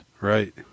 Right